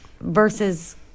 versus